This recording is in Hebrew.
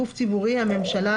"גוף ציבורי" הממשלה,